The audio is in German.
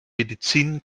medizin